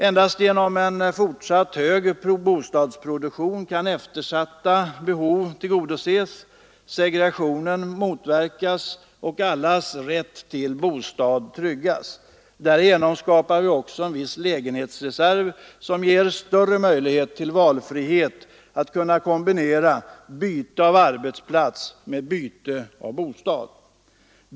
Endast genom en fortsatt hög bostadsproduktion kan eftersatta behov tillgodoses, segregationen motverkas och allas rätt till bostad tryggas. Därigenom skapar vi också en lägenhetsreserv, som ger större möjlighet till valfrihet så att man kan kombinera byte av arbetsplats med byte av bostad.